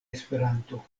esperanto